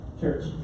Church